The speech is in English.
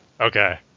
Okay